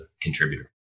contributor